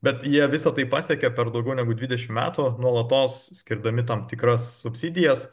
bet jie visa tai pasiekė per daugiau negu dvidešim metų nuolatos skirdami tam tikras subsidijas